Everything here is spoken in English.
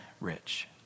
rich